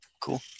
Cool